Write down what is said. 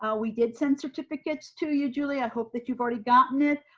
we did send certificates to you julie. i hope that you've already gotten it,